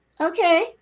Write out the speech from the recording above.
Okay